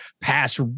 pass